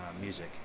Music